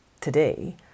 Today